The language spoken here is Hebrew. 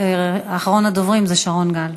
ואחרון הדוברים הוא שרון גל.